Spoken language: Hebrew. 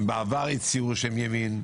- בעבר הצהירו שהם ימין,